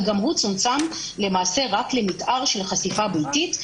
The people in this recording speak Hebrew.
וגם הוא צומצם רק למתאר של חשיפה ביתית,